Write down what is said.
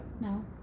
No